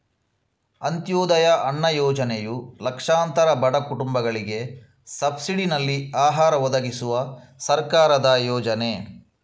ಅಂತ್ಯೋದಯ ಅನ್ನ ಯೋಜನೆಯು ಲಕ್ಷಾಂತರ ಬಡ ಕುಟುಂಬಗಳಿಗೆ ಸಬ್ಸಿಡಿನಲ್ಲಿ ಆಹಾರ ಒದಗಿಸುವ ಸರ್ಕಾರದ ಯೋಜನೆ